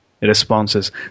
responses